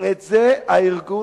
את זה הארגון,